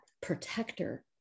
protector